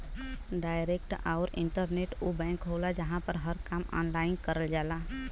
direct आउर internet उ bank होला जहां पर हर काम ऑनलाइन करल जाला